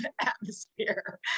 atmosphere